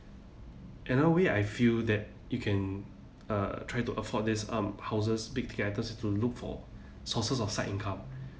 another way I feel that you can uh try to afford these um houses big ticket items to look for sources of side income